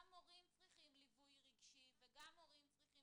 גם מורים צריכים ליווי רגשי וגם מורים צריכים